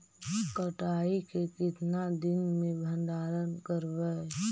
कटाई के कितना दिन मे भंडारन करबय?